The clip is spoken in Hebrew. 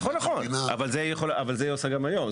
נכון, אבל את זה היא עושה גם היום.